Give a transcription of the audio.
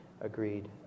agreed